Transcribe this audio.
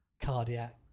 cardiac